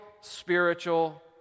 spiritual